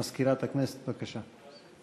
מזכירת הכנסת, בבקשה.